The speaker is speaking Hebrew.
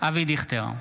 אבי דיכטר,